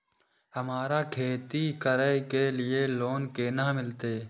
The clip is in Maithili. हमरा खेती करे के लिए लोन केना मिलते?